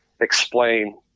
Explain